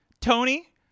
Tony